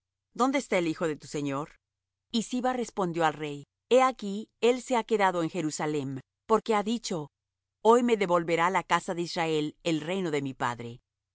dónde está el hijo de tu señor y siba respondió al rey he aquí él se ha quedado en jerusalem porque ha dicho hoy me devolverá la casa de israel el reino de mi padre